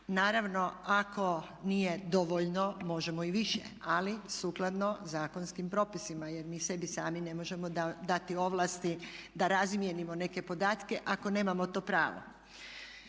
Naravno ako nije dovoljno možemo i više, ali sukladno zakonskim propisima jer mi sebi sami ne možemo dati ovlasti da razmijenimo neke podatke ako nemamo to pravo.